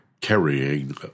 carrying